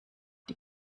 die